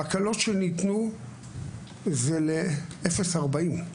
ההקלות שניתנו זה ל-40-0 ק"מ.